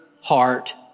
heart